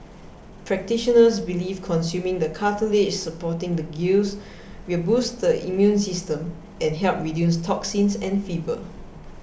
practitioners believe consuming the cartilage supporting the gills will boost the immune system and help reduce toxins and fever